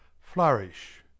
Flourish